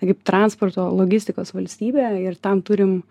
kaip transporto logistikos valstybę ir tam turim